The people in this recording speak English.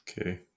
Okay